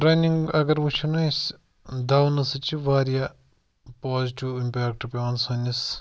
running اگر وُچھن آسہِ دَونہٕ سۭتۍ چھِ وارِیاہ پازِٹِو اِمپیکٹہٕ پیٚوان سٲنِس